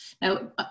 Now